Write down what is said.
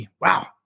wow